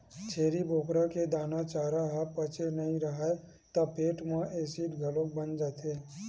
छेरी बोकरा के दाना, चारा ह पचे नइ राहय त पेट म एसिड घलो बन जाथे